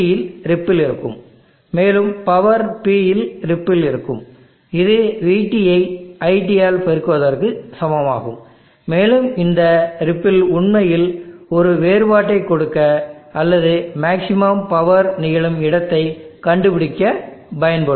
இல் ripple இருக்கும் மேலும்பவர் P இல் ரிப்பிள் இருக்கும்இது vT ஐ iT ஆல் பெருக்குவதற்கு சமமாகும் மேலும் இந்த ரிப்பிள் உண்மையில் ஒரு வேறுபாட்டைக் கொடுக்க அல்லது மேக்ஸிமம் பவர் நிகழும் இடத்தைக் கண்டுபிடிக்க பயன்படும்